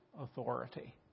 authority